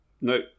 No